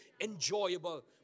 enjoyable